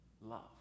love